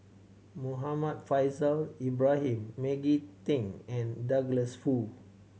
Muhammad Faishal Ibrahim Maggie Teng and Douglas Foo